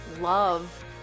love